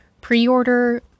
Pre-order